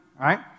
right